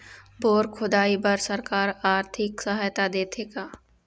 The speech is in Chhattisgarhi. बोर खोदाई बर सरकार आरथिक सहायता देथे का?